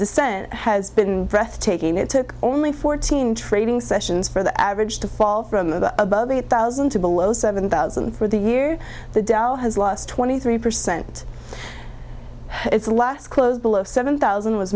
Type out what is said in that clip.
descent has been breathtaking it took only fourteen trading sessions for the average to fall from above eight thousand to below seven thousand for the year the dow has lost twenty three percent its last close below seven thousand